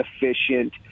efficient